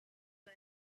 but